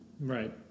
Right